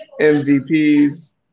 MVPs